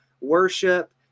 worship